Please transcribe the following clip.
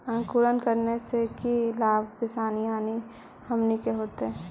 अंकुरण करने से की लाभ किसान यानी हमनि के होतय?